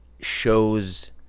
shows